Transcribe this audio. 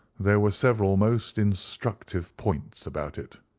there were several most instructive points about it.